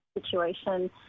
situation